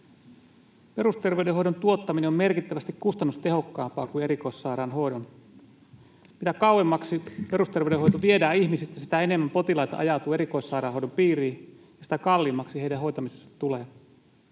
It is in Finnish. Perusterveydenhoidon tuottaminen on merkittävästi kustannustehokkaampaa kuin erikoissairaanhoidon. Mitä kauemmaksi perusterveydenhoito viedään ihmisistä, sitä enemmän potilaita ajautuu erikoissairaanhoidon piiriin ja sitä kalliimmaksi heidän hoitamisensa tulee.